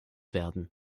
werden